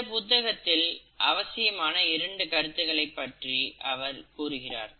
இந்த புத்தகத்தில் அவசியமான இரண்டு கருத்துகளைப் பற்றி அவர் கூறுகிறார்